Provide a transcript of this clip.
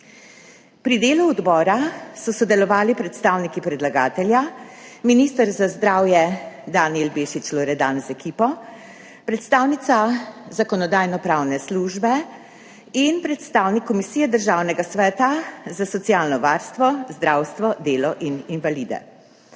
Pri delu odbora so sodelovali predstavnik predlagatelja minister za zdravje Danijel Bešič Loredan z ekipo, predstavnica Zakonodajno-pravne službe in predstavnik Komisije Državnega sveta za socialno varstvo, zdravstvo, delo in invalide.